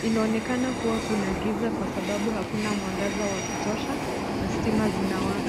Inaonekana kuwa kuna giza kwa sababu hakuna mwangaza wa kutosha na stima zinawaka.